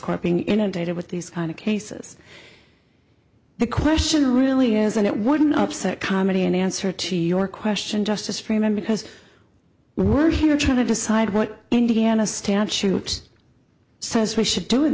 quote being inundated with these kind of cases the question really is and it wouldn't upset comedy in answer to your question justice freiman because we were here trying to decide what indiana statute says we should do in